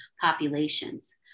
populations